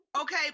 Okay